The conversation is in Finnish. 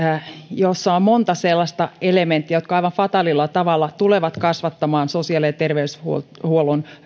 jossa on monta sellaista elementtiä jotka aivan fataalilla tavalla tulevat kasvattamaan sosiaali ja terveydenhuollon